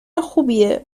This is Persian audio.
خوبیه